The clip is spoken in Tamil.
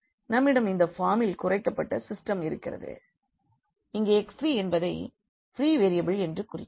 நம்மிடம் இந்த ஃபார்மில் குறைக்கப்பட்ட சிஸ்டெம் இருக்கிறது எங்கே x3 என்பதை ஃப்ரீ வேரியபிள் என்று குறிக்கின்றோம்